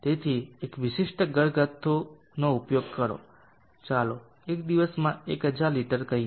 તેથી એક વિશિષ્ટ ઘરગથ્થુનો વિચાર કરો ચાલો એક દિવસમાં 1000 લિટર કહીએ